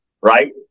Right